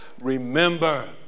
Remember